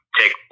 take